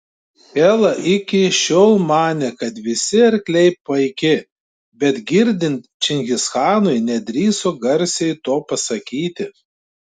hela iki šiol manė kad visi arkliai paiki bet girdint čingischanui nedrįso garsiai to pasakyti